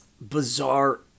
bizarre